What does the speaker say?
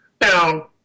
Now